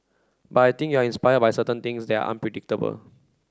but I think you are inspired by certain things that are unpredictable